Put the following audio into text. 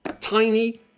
tiny